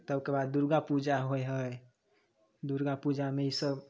तबके बाद दुर्गापूजा होइ है दुर्गापूजामे ईसब